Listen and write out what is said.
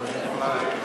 הצבעה.